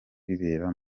bibera